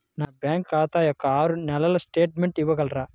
నా బ్యాంకు ఖాతా యొక్క ఆరు నెలల స్టేట్మెంట్ ఇవ్వగలరా?